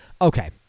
Okay